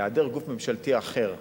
בהיעדר גוף ממשלתי אחר,